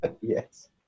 Yes